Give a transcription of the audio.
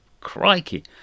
Crikey